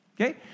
Okay